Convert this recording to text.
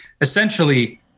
essentially